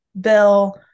Bill